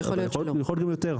יכול להיות גם יותר.